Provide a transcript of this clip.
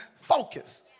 focus